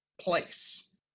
place